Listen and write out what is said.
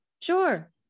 Sure